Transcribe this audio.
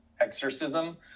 exorcism